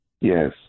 yes